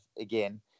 Again